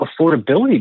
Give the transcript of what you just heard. affordability